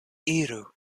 iru